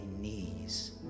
knees